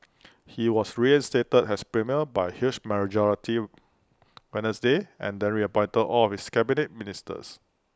he was reinstated as premier by huge majority Wednesday and the reappointed all of his Cabinet Ministers